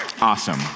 Awesome